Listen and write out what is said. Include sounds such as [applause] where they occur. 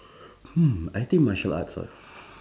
[noise] hmm I think martial arts ah